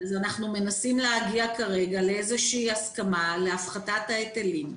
אנחנו מנסים להגיע כרגע לאיזושהי הסכמה להפחתת ההיטלים.